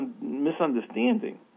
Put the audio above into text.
misunderstanding